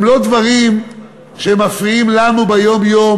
הם לא דברים שמפריעים לנו ביום-יום